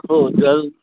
हो जर